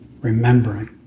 remembering